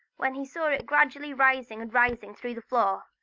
when he saw it gradually rising and rising through the floor,